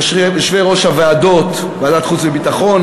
ליושבי-ראש הוועדות: ועדת חוץ וביטחון,